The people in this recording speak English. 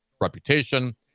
reputation